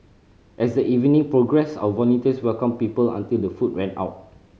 as the evening progressed our volunteers welcomed people until the food ran out